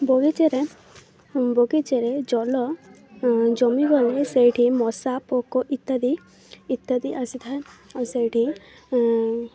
ବଗିଚାରେ ବଗିଚାରେ ଜଳ ଜମିଗଲେ ସେଇଠି ମଶା ପୋକ ଇତ୍ୟାଦି ଇତ୍ୟାଦି ଆସିଥାଏ ଆଉ ସେଇଠି